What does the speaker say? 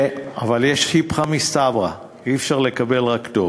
אבל יש איפכא מסתברא: אי-אפשר לקבל רק טוב.